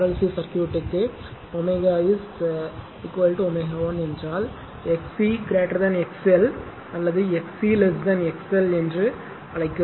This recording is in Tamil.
சி சர்க்யூட்க்கு ω ω 1 என்றால் XC XL அல்லது XCXL என்று அழைக்கிறோம்